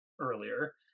earlier